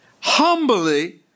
humbly